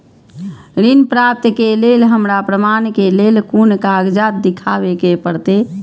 ऋण प्राप्त के लेल हमरा प्रमाण के लेल कुन कागजात दिखाबे के परते?